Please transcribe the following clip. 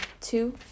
two